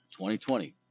2020